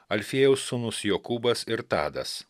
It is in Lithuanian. alfiejaus sūnus jokūbas ir tadas